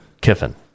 Kiffin